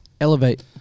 Elevate